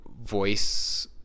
voice